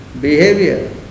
behavior